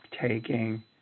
taking